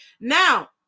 Now